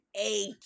Eight